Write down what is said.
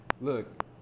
look